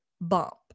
bump